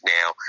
now